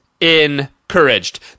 encouraged